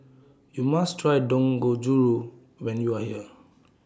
YOU must Try Dangojiru when YOU Are here